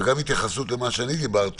אני מבקש גם התייחסות למה אני אמרתי